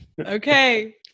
Okay